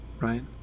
right